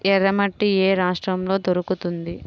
ఎర్రమట్టి ఏ రాష్ట్రంలో దొరుకుతుంది?